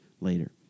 later